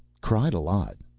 cried a lot.